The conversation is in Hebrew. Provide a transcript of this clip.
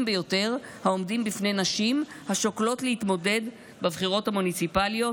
ביותר העומדים בפני נשים השוקלות להתמודד בבחירות המוניציפליות,